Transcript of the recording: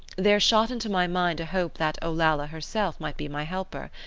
there shot into my mind a hope that olalla herself might be my helper,